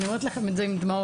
אני אומרת לכם את זה עם דמעות.